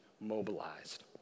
mobilized